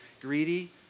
greedy